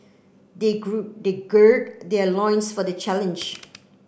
they they gird their loins for the challenge